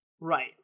Right